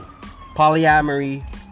polyamory